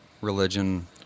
religion